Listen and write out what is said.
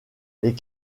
les